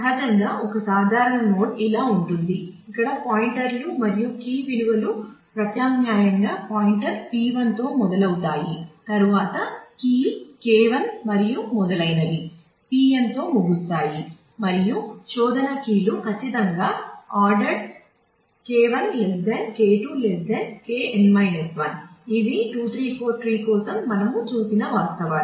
సహజంగా ఒక సాధారణ నోడ్ ఇలా ఉంటుంది ఇక్కడ పాయింటర్లు ఖచ్చితంగా ఆర్డెర్డ్ K1 K2 Kn 1 ఇవి 2 3 4 ట్రీ కోసం మనం చూసిన వాస్తవాలు